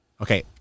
Okay